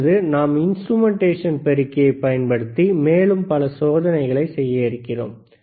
மற்றும் நாம் இன்ஸ்றுமெண்டேஷன் பெருக்கியை பயன்படுத்தி மேலும் பல சோதனைகளை செய்ய இருக்கிறோம்